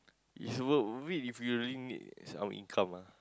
is worth it if you really need some income ah